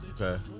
Okay